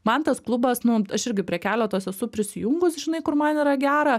man tas klubas nu aš irgi prie keletos esu prisijungus žinai kur man yra gera